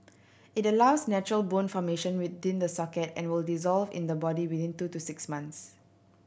it allows natural bone formation within the socket and will dissolve in the body within two to six months